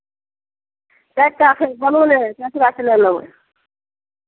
चारि टा एखन बनओने अछि ने चारि टा लऽ लेबै